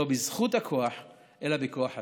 לא בזכות הכוח אלא בכוח הזכות.